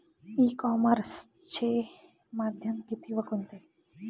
E कॉमर्सचे माध्यम किती व कोणते?